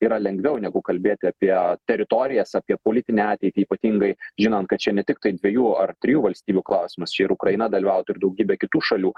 yra lengviau negu kalbėti apie teritorijas apie politinę ateitį ypatingai žinant kad čia ne tiktai dviejų ar trijų valstybių klausimas čia yra ukraina dalyvautų ir daugybė kitų šalių